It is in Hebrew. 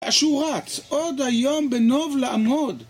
אשור רץ. עוד היום בנוב לעמוד